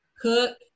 Cook